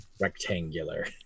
rectangular